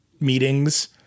meetings